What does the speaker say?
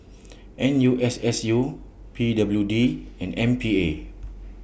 N U S S U P W D and M P A